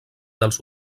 dels